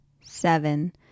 seven